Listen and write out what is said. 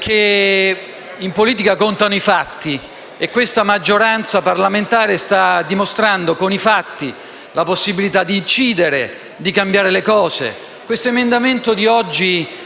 che in politica contano i fatti. E questa maggioranza parlamentare sta dimostrando con i fatti la possibilità di incidere e di cambiare le cose. L'emendamento di oggi